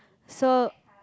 so